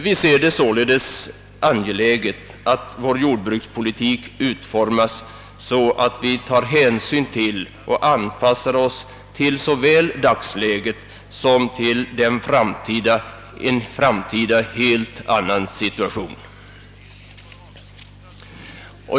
Vi ser det således som angeläget att vår jordbrukspolitik utformas på ett sådant sätt, att vi tar hänsyn till och anpassar oss efter såväl dagsläget som en framtida, helt annan situation.